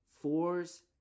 fours